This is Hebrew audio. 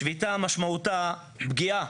שביתה משמעותה פגיעה